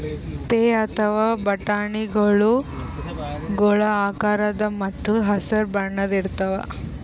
ಪೀ ಅಥವಾ ಬಟಾಣಿಗೊಳ್ ಗೋಲ್ ಆಕಾರದಾಗ ಮತ್ತ್ ಹಸರ್ ಬಣ್ಣದ್ ಇರ್ತಾವ